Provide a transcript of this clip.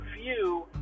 view